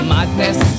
Madness